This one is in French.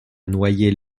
noyer